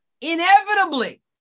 Inevitably